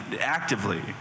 actively